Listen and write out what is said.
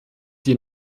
die